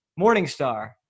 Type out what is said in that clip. Morningstar